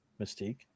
Mystique